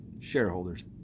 shareholders